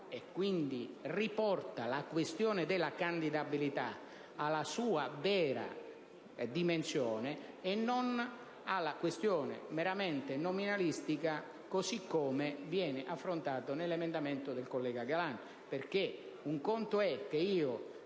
elettorali, riportando la questione della candidabilità alla sua vera dimensione e non alla questione meramente nominalistica, così come affrontato nell'emendamento del collega Malan. Infatti, un conto è che io